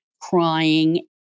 crying